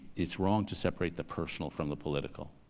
it's wrong to separate the personal from the political.